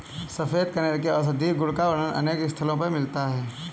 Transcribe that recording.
सफेद कनेर के औषधीय गुण का वर्णन अनेक स्थलों पर मिलता है